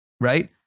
right